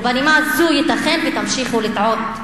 ובנימה הזאת ייתכן שתמשיכו לטעות.